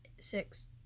Six